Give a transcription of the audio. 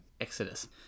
Exodus